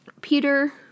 Peter